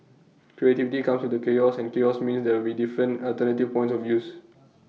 creativity comes with the chaos and chaos means there will be different alternative points of views